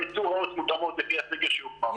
יצאו הוראות מותאמות לפי הסגר שיוחמר.